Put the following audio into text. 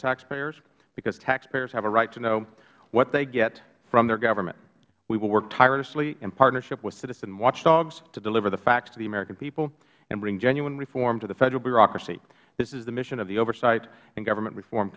taxpayers because taxpayers have a right to know what they get from their government we will work tirelessly in partnership with citizen watchdogs to deliver the facts to the american people and bring genuine reform to the federal bureaucracy this is the mission of the oversight and government reform